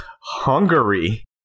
Hungary